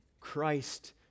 Christ